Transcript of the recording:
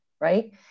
right